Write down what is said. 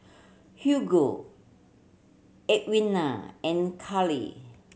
Hugo Edwina and Cali